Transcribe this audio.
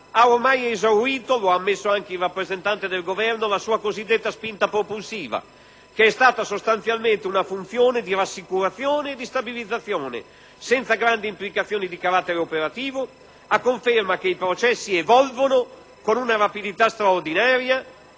ha ormai esaurito - come ha ammesso anche il rappresentante del Governo - la sua spinta propulsiva, che è stata sostanzialmente una funzione di rassicurazione e stabilizzazione, senza grandi implicazioni di carattere operativo, a conferma che i processi evolvono con una rapidità straordinaria